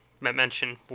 mention